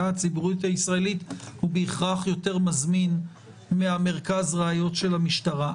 הציבורית הישראלית הוא בהכרח יותר מזמין מהמרכז לראיות של המשטרה.